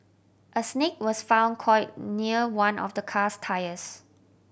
a snake was found coiled near one of the car's tyres